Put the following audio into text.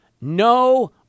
no